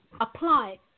apply